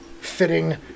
fitting